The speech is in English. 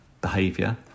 behavior